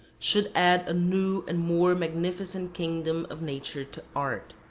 should add a new and more magnificent kingdom of nature to art.